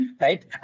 right